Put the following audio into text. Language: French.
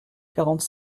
quarante